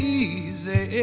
easy